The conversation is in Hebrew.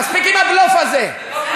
מספיק עם הבלוף הזה.